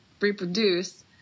reproduce